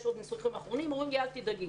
יש עוד ניסוחים אחרונים ואומרים לי לא לדאוג.